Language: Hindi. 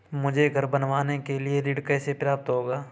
मुझे घर बनवाने के लिए ऋण कैसे प्राप्त होगा?